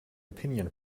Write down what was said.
opinion